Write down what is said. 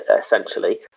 essentially